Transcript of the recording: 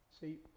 See